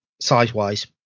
size-wise